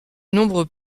nombreux